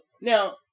now